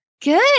Good